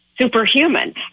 superhuman